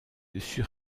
sur